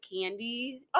candy